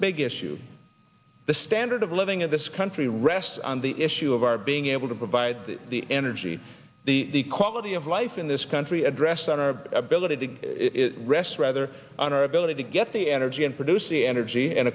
big issue the standard of living in this country rests on the issue of our being able to provide the energy the quality of life in this country address on our ability to rest rather on our ability to get the energy and produce the energy and